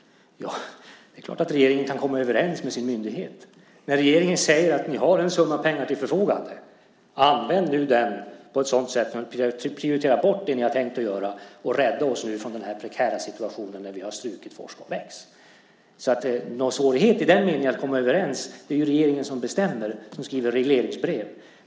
Det är klart att regeringen kan komma överens med sin myndighet, men regeringen säger ju: Ni har en summa pengar till ert förfogande. Använd nu den på ett sådant sätt att ni prioriterar bort det ni har tänkt göra och rädda oss från den här prekära situationen där vi har strukit Forska och väx! Det är klart att det i den meningen inte är någon svårighet att komma överens. Det är ju regeringen som bestämmer och som skriver regleringsbrev.